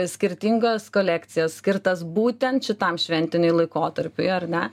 skirtingas kolekcijas skirtas būtent šitam šventiniui laikotarpiui ar ne